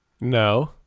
No